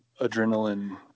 adrenaline